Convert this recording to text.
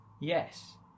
yes